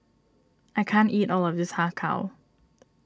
I can't eat all of this Har Kow